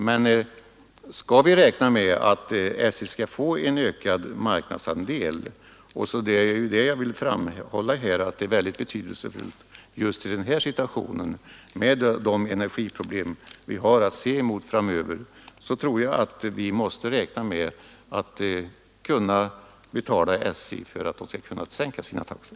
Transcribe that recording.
Men skall SJ kunna få en ökad marknadsandel — och jag vill framhålla att det är mycket betydelsefullt med tanke på de energiproblem som vi kommer att få framöver — måste vi räkna med att betala SJ för att SJ skall kunna sänka sina taxor.